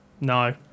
No